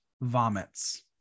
vomits